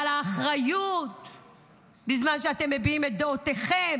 אבל האחריות בזמן שאתם מביעים את דעותיכם,